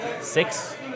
six